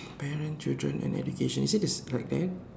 parent children and education is it this like that